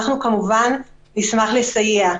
אנחנו כמובן נשמח לסייע.